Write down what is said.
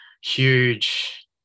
huge